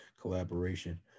collaboration